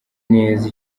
neza